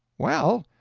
well,